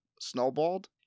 snowballed